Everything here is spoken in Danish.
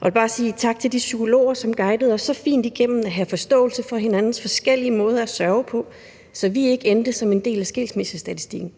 og jeg vil sige tak til de psykologer, som guidede os så fint igennem at have forståelse for hinandens forskellige måder at sørge på, så vi ikke endte som en del af skilsmissestatistikken.